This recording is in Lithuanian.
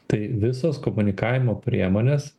tai visos komunikavimo priemonės